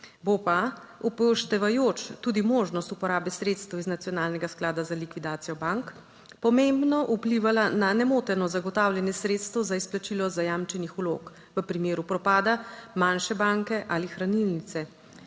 Bo pa, upoštevajoč tudi možnost uporabe sredstev iz Nacionalnega sklada za likvidacijo bank, pomembno vplivala na nemoteno zagotavljanje sredstev za izplačilo zajamčenih vlog v primeru propada manjše banke ali hranilnice,